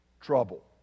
trouble